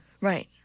Right